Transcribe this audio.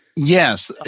yes.